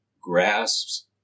grasps